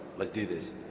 let's do this?